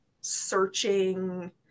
searching